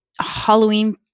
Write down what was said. Halloween